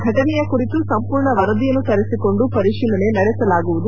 ಫಟನೆಯ ಕುರಿತು ಸಂಪೂರ್ಣ ವರದಿಯನ್ನು ತರಿಸಿಕೊಂಡು ಪರಿಶೀಲನೆ ನಡೆಸಲಾಗುವುದು